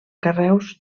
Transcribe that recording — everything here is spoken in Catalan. carreus